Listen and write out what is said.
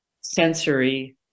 sensory